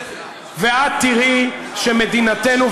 ואת תראי שמדינתנו,